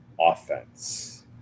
offense